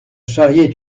charriait